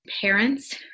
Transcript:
parents